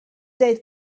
dweud